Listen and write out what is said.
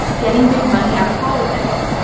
getting big money out of politics.